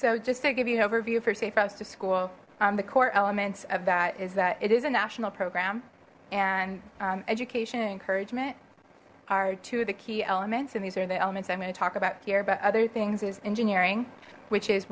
so just to give you an overview for safe routes to school the core elements of that is that it is a national program and education and encouragement are two of the key elements and these are the elements i'm going to talk about here but other things is engineering which is